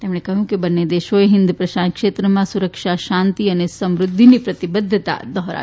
તેમણે કહ્યું કે બંને દેશોએ હિન્દપ્રશાંત ક્ષેત્રમાં સુરક્ષા શાંતિ અને સમૃદ્ધિની પ્રતિબદ્વતા દોહરાવી